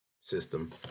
system